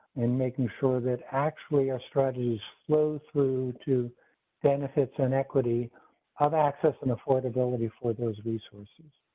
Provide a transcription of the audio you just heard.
and making sure that actually our strategy's flows through to benefits an equity of access and affordability for those resources.